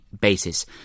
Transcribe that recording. basis